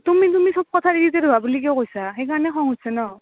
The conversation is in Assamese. তুমি তুমি চব কথাত ইৰিটেট হোৱা বুলি কিয় কৈছা সেইকাৰণে খং উঠছে ন